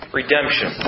redemption